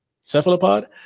Cephalopod